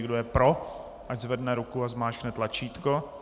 Kdo je pro, ať zvedne ruku a zmáčkne tlačítko.